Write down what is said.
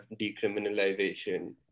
decriminalization